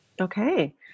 Okay